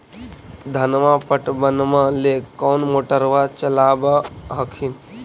धनमा पटबनमा ले कौन मोटरबा चलाबा हखिन?